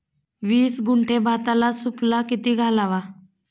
वीस गुंठे भाताला सुफला किती घालावा?